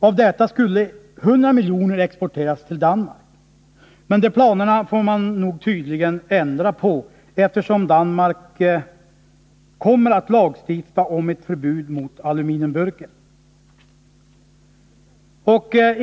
Av dessa skulle 100 miljoner exporteras till Danmark, men de planerna får man tydligen ändra på, eftersom Danmark kommer att lagstifta om förbud mot aluminiumburkar.